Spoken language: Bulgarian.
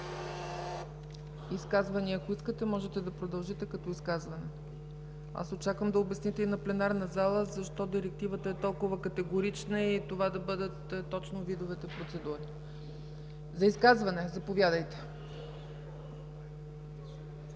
Изказване, ако искате, можете да продължите като изказване. Очаквам да обясните и на пленарната зала защо Директивата е толкова категорична и това да бъдат точно видовете процедури. За изказване? Заповядайте.